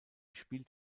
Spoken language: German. spielt